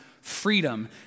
freedom